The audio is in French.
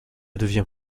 devient